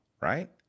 right